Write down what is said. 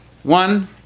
One